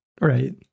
right